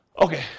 Okay